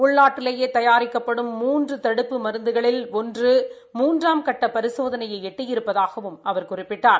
உள்நாட்டிலேயே தயாரிக்கப்படும் மூன்று தடுப்பு மருந்துகளில் ஒன்று மூன்றாம் கட்ட பரிசோதனை எட்டியிருப்பதாகவும் அவர் குறிப்பிட்டார்